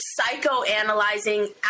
psychoanalyzing